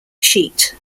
sheet